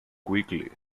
quickly